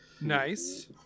Nice